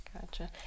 Gotcha